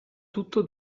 tutto